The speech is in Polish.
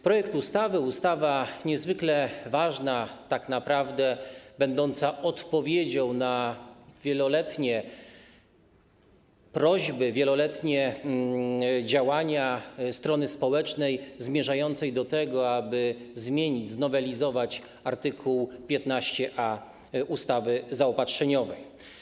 Projekt ustawy, ustawa niezwykle ważna, tak naprawdę jest odpowiedzią na wieloletnie prośby, wieloletnie działania strony społecznej zmierzającej do tego, aby zmienić, znowelizować art. 15a ustawy zaopatrzeniowej.